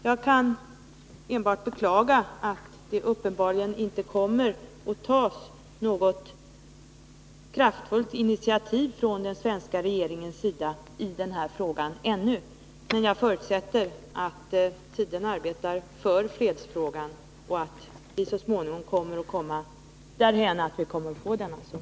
Jag kan enbart beklaga att det uppenbarligen ännu inte kommer att tas något kraftfullt initiativ från den svenska regeringens sida i den här frågan. Men jag förutsätter att tiden arbetar för fredsfrågan och att vi så småningom kommer därhän att vi får denna zon.